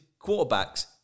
quarterbacks